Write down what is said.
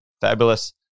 Fabulous